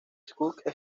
scott